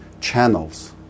channels